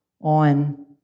on